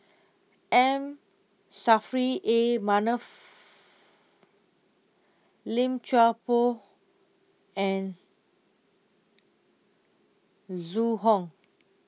M Saffri A Manaf Lim Chuan Poh and Zhu Hong